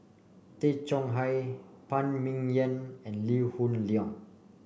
Tay Chong Hai Phan Ming Yen and Lee Hoon Leong